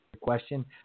question